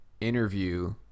interview